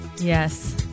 Yes